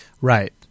Right